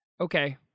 okay